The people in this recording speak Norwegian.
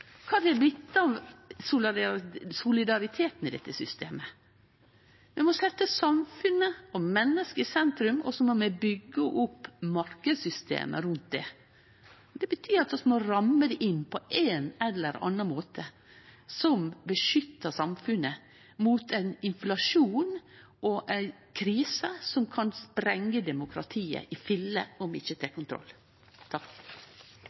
blitt av solidariteten i dette systemet? Vi må setje samfunnet og menneska i sentrum, og så må vi byggje opp marknadssystemet rundt det. Det betyr at vi må ramme det inn på ein eller annan måte som beskyttar samfunnet mot ein inflasjon og ei krise som kan sprengje demokratiet i filler om vi ikkje